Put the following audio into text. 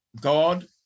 God